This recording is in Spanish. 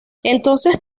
entonces